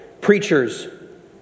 preachers